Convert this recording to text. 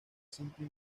simple